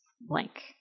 blank